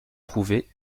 prouvé